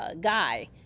guy